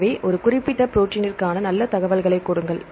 எனவே ஒரு குறிப்பிட்ட ப்ரோடீன்ற்கான நல்ல தகவல்களைக் கொடுங்கள்